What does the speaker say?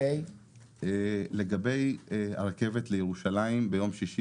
לגבי הרכבת לירושלים ביום שישי